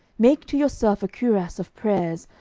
make to yourself a cuirass of prayers,